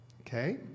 Okay